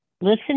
Listen